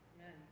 amen